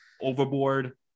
overboard